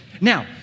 Now